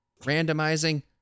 randomizing